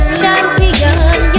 champion